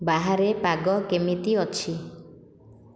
ବାହାରେ ପାଗ କେମିତି ଅଛି